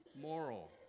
moral